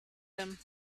him